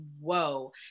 whoa